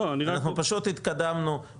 אנחנו פשוט התקדמנו,